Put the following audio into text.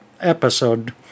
episode